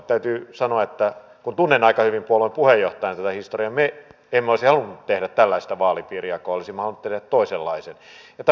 täytyy sanoa kun tunnen aika hyvin puolueen puheenjohtajana tätä historiaa että me emme olisi halunneet tehdä tällaista vaalipiirijakoa olisimme halunneet tehdä toisenlaisen